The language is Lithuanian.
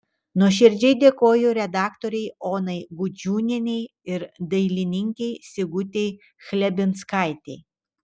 nuoširdžiai dėkoju redaktorei onai gudžiūnienei ir dailininkei sigutei chlebinskaitei